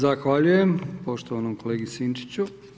Zahvaljujem poštovanom kolegi Sinčiću.